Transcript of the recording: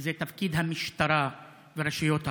שזה תפקיד המשטרה ורשויות החוק,